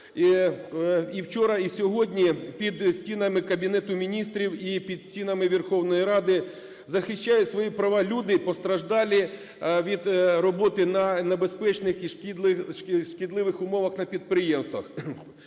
І вчора, і сьогодні під стінами Кабінету Міністрів і під стінами Верховної Ради захищають свої права люди, постраждалі від роботи на небезпечних і шкідливих умовах на підприємствах.